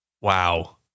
wow